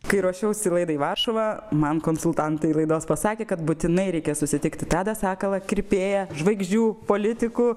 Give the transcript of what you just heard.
kai ruošiausi laidai varšuva man konsultantai laidos pasakė kad būtinai reikia susitikti tadą sakalą kirpėją žvaigždžių politikų